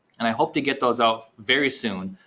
and i hope to get those out very soon.